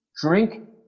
drink